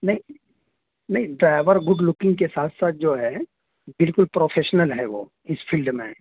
نہیں نہیں driver good looking کے ساتھ ساتھ جو ہے بالکل پروفیشنل ہے وہ اس فیلڈ میں